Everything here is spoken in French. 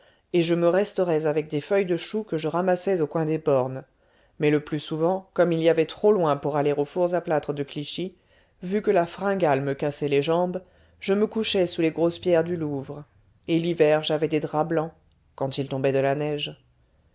et je me restaurais avec des feuilles de chou que je ramassais au coin des bornes mais le plus souvent comme il y avait trop loin pour aller aux fours à plâtre de clichy vu que la fringale me cassait les jambes je me couchais sous les grosses pierres du louvre et l'hiver j'avais des draps blancs quand il tombait de la neige